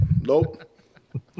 Nope